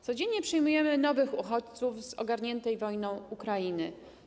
Codziennie przyjmujemy nowych uchodźców z ogarniętej wojną Ukrainy.